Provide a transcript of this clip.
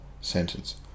sentence